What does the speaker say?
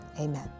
Amen